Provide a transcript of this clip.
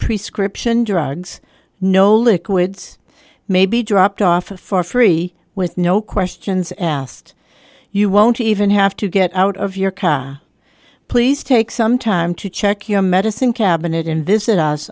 prescribe drugs no liquids may be dropped off for free with no questions asked you won't even have to get out of your car please take some time to check your medicine cabinet in this it us